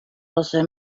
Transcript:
also